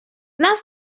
нас